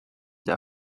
der